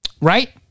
Right